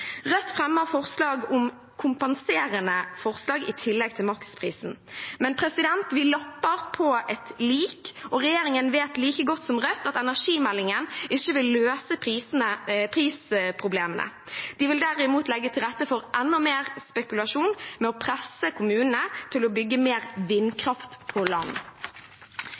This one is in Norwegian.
Rødt fremmer forslag om kompenserende tiltak i tillegg til maksprisen. Men vi lapper på et lik, og regjeringen vet like godt som Rødt at energimeldingen ikke vil løse prisproblemene. De vil derimot legge til rette for enda mer spekulasjon ved å presse kommunene til å bygge mer vindkraft på land.